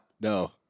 No